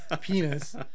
penis